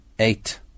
eight